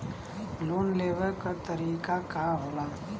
Loan लेवे क तरीकाका होला?